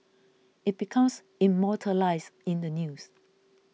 it becomes immortalised in the news